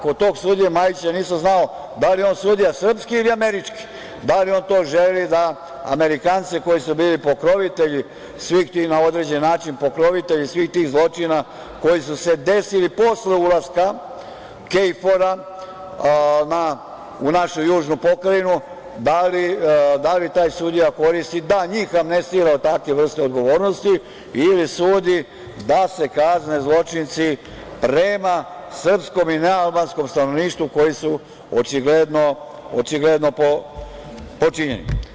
Kod tog sudije Majića nisam znao da li je on sudija srpski ili američki, da li on to želi da Amerikance koji su bili pokrovitelji svih tih na određen način, pokrovitelji svih tih zločina koji su se desili posle ulaska KFOR-a u našu južnu pokrajinu, da li taj sudija koristi da njih amnestira od takve vrste odgovornosti ili sudi da se kazne zločinci prema srpskom i nealbanskom stanovništvu koji su očigledno počinjeni?